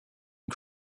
and